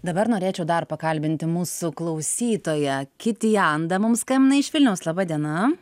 dabar norėčiau dar pakalbinti mūsų klausytoją kitijanda mums skambina iš vilniaus laba diena